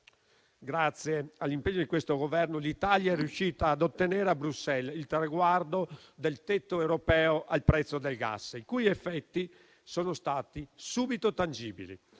grazie all'impegno di questo Governo, l'Italia è riuscita ad ottenere a Bruxelles il traguardo del tetto europeo al prezzo del gas, i cui effetti sono stati subito tangibili.